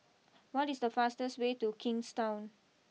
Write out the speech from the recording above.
what is the fastest way to Kingstown